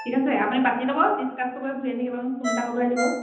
ঠিক আছে আপুনি পাতি ল'ব ডিচকাচটো কৰি ভূঞানীক এবাৰ মোক ফোন এটা কৰিবলৈ দিব